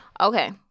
okay